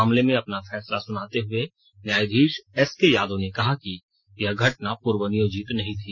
मामले में अपना फैसला सुनाते हुए न्यायाधीश एसके यादव ने कहा कि यह घटना पूर्व नियोजित नहीं थी